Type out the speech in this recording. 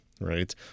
right